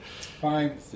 Fine